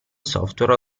software